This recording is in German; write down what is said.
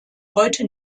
heute